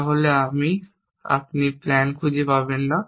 তাহলে আপনি প্ল্যান খুঁজে পাবেন না